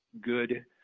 good